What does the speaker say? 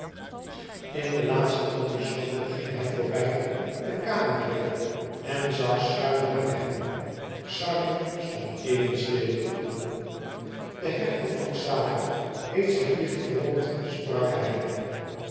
in de laatste antichambre ging hij voorbij den kamerheer en zag schuin naar hem xardi stond even stil de hertog van xara heeft zich licht verwond sprak hij